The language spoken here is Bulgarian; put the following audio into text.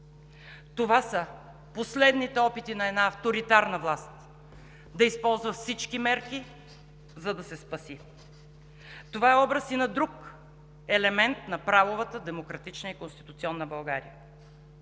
Това са последните опити на една авторитарна власт да използва всички мерки, за да се спаси. Това е образ и на друг елемент на правовата, демократична и конституционна България